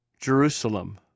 Jerusalem